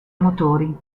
motori